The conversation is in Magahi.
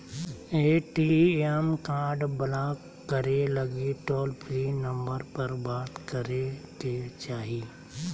ए.टी.एम कार्ड ब्लाक करे लगी टोल फ्री नंबर पर बात करे के चाही